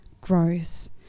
grows